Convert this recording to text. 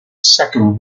second